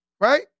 Right